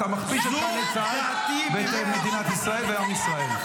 אתה מכפיש את חיילי צה"ל ואת מדינת ישראל ואת עם ישראל.